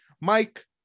Mike